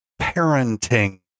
parenting